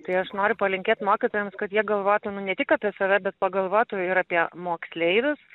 tai aš noriu palinkėt mokytojams kad jie galvotų nu ne tik apie save bet pagalvotų ir apie moksleivius